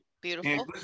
Beautiful